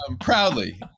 proudly